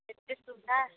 एतेक सुविधा